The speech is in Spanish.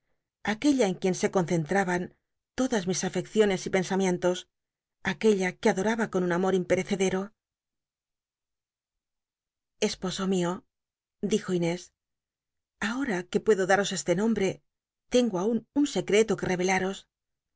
aquella en quien se concentraban lodas mis afecciones y pensamientos o aquella que adoraba con un amor impcrecedcr esposo mio dijo inés ahora que puedo daros este nombre tengo aun un secreto que